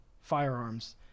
firearms